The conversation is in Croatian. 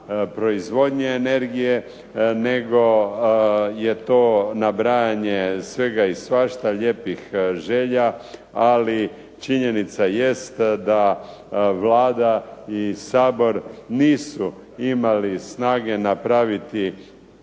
proizvodnji energije nego je to nabrajanje svega i svašta, lijepih želja. Ali činjenica jest da Vlada i Sabor nisu imali snage napraviti